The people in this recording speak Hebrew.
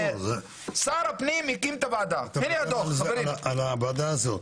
שר הפנים הקים את הוועדה --- על הוועדה הזו?